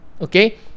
okay